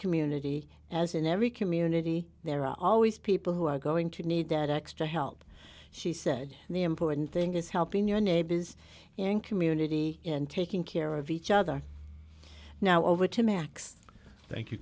community as in every community there are always people who are going to need that extra help she said the important thing is helping your neighbor is in community and taking care of each other now over to max